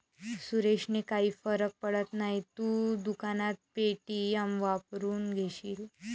सुरेशने काही फरक पडत नाही, तू दुकानात पे.टी.एम वापरून घेशील